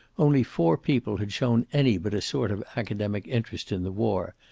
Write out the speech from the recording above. only four people had shown any but a sort of academic interest in the war,